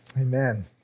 Amen